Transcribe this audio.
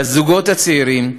לזוגות הצעירים,